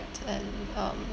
and um